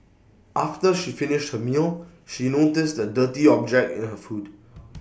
after she finished her meal she noticed A dirty object in her food